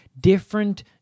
different